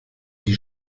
die